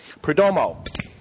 Perdomo